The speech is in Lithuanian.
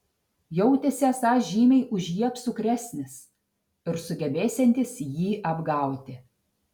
jautėsi esąs žymiai už jį apsukresnis ir sugebėsiantis jį apgauti